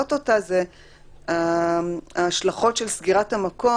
להעלות אותה זה ההשלכות של סגירת המקום.